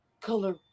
color